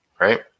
right